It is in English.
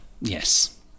Yes